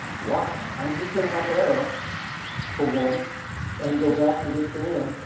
watch. i'm just going to up arrow for once and go back to this command.